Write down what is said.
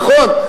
נכון?